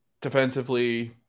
defensively